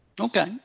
okay